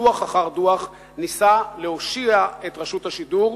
דוח אחר דוח ניסה להושיע את רשות השידור,